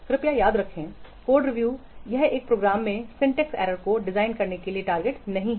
कृपया याद रखें कोड रिव्यू यह एक प्रोग्राम में सिंटेक्स एरर्स को डिजाइन करने के लिए टारगेट नहीं है